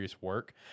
work